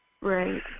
Right